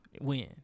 win